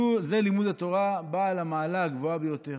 זה לימוד התורה בעל המעלה הגבוהה ביותר,